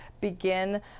begin